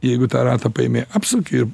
jeigu tą ratą paėmi apsuki